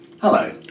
Hello